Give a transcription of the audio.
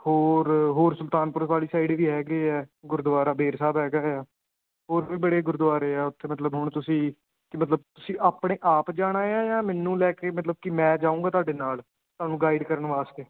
ਹੋਰ ਹੋਰ ਸੁਲਤਾਨਪੁਰ ਵਾਲੀ ਸਾਈਡ ਵੀ ਹੈਗੇ ਆ ਗੁਰਦੁਆਰਾ ਬੇਰ ਸਾਹਿਬ ਹੈਗਾ ਆ ਹੋਰ ਵੀ ਬੜੇ ਗੁਰਦੁਆਰੇ ਆ ਉੱਥੇ ਮਤਲਬ ਹੁਣ ਤੁਸੀਂ ਕਿ ਮਤਲਬ ਤੁਸੀਂ ਆਪਣੇ ਆਪ ਜਾਣਾ ਆ ਜਾਂ ਮੈਨੂੰ ਲੈ ਕੇ ਮਤਲਬ ਕਿ ਮੈਂ ਜਾਊਂਗਾ ਤੁਹਾਡੇ ਨਾਲ ਤੁਹਾਨੂੰ ਗਾਈਡ ਕਰਨ ਵਾਸਤੇ